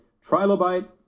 trilobite